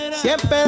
Siempre